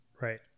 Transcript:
Right